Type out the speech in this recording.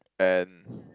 and